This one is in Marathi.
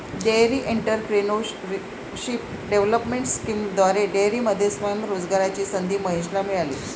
डेअरी एंटरप्रेन्योरशिप डेव्हलपमेंट स्कीमद्वारे डेअरीमध्ये स्वयं रोजगाराची संधी महेशला मिळाली